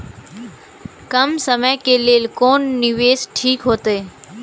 कम समय के लेल कोन निवेश ठीक होते?